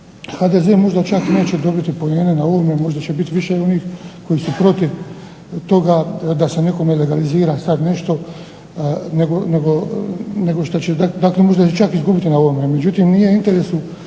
HDZ možda čak neće dobiti povjerenje na ovome, a možda će biti više onih koji su protiv da se nekome legalizira nešto nego što će, dakle možda će čak izgubiti na ovome. Međutim, nije u interesu